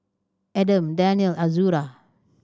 Adam Daniel Azura